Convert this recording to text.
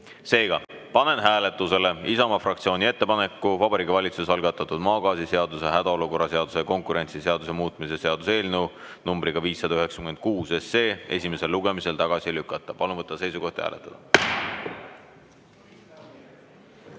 Seega, panen hääletusele Isamaa fraktsiooni ettepaneku Vabariigi Valitsuse algatatud maagaasiseaduse, hädaolukorra seaduse ja konkurentsiseaduse muutmise seaduse eelnõu numbriga 596 esimesel lugemisel tagasi lükata. Palun võtta seisukoht ja hääletada!